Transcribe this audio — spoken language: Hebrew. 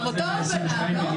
גם אותו הוא גנב.